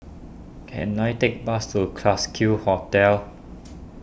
can I take a bus to Classique Hotel